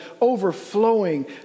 overflowing